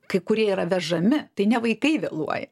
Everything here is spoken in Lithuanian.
kai kurie yra vežami tai ne vaikai vėluoja